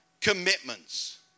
commitments